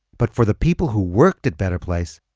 but for the people who worked at better place,